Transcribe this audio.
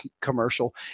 commercial